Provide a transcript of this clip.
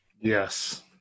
Yes